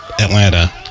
Atlanta